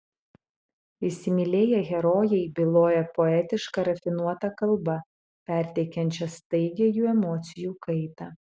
įsimylėję herojai byloja poetiška rafinuota kalba perteikiančia staigią jų emocijų kaitą